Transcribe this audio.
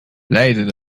leiden